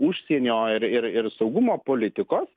užsienio ir ir ir saugumo politikos